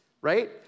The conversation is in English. right